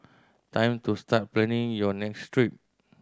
time to start planning your next trip